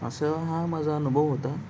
असं हा माझा अनुभव होता